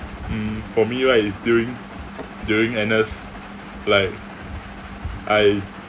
mm for me right is during during N_S like I